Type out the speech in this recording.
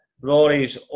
Rory's